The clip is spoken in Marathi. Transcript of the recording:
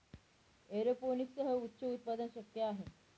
एरोपोनिक्ससह उच्च उत्पादन शक्य आहे